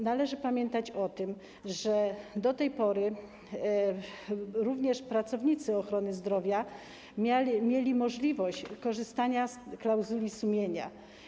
Należy pamiętać o tym, że do tej pory również pracownicy ochrony zdrowia mieli możliwość korzystania z klauzuli sumienia.